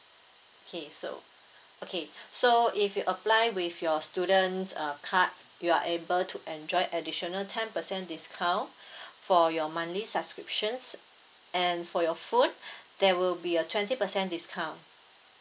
okay so okay so if you apply with your students uh cards you are able to enjoy additional ten percent discount for your monthly subscriptions and for your phone there will be a twenty percent discount